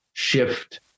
shift